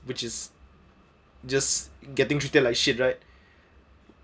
which is just getting to delay shit right